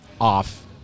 off